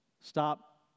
stop